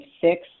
six